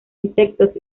insectos